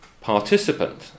participant